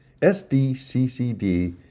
SDCCD